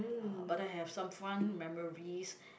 uh but I have some fun memories